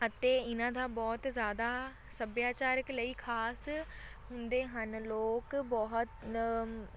ਅਤੇ ਇਹਨਾਂ ਦਾ ਬਹੁਤ ਜ਼ਿਆਦਾ ਸੱਭਿਆਚਾਰਕ ਲਈ ਖਾਸ ਹੁੰਦੇ ਹਨ ਲੋਕ ਬਹੁਤ